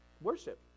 worship